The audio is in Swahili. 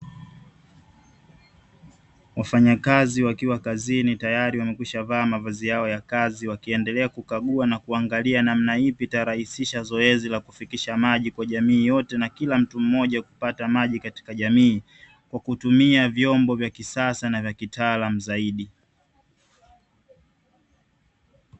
Wafanyakazi wakiwa kazini tayari wamekwisha vaa mavazi yao ya kazi, wakiendelea kukagua na kuangalia namna ipi itarahisisha zoezi la kufikisha maji kwa jamii yote, na kila mtu mmoja kupata maji katika jamii kwa kutumia vyombo vya kisasa na vya kitaalamu zaidi.